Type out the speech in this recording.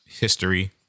history